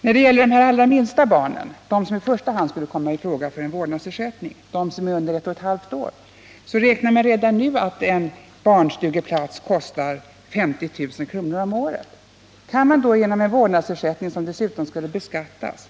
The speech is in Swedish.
För de allra minsta barnen, som i första hand skulle komma i fråga för en vårdnadsersättning — de som är under ett och ett halvt år — räknar man redan nu med att en barnstugeplats kostar 50 000 kr. om året. Kan man då genom en vårdnadsersättning på 12000 kr., som dessutom skulle beskattas,